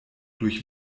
durch